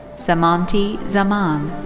semonti zaman.